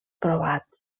provat